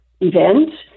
event